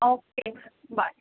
okay bye